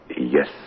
Yes